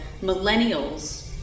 millennials